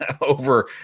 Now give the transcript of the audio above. over